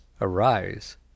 Arise